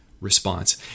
response